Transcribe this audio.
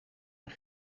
een